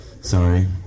sorry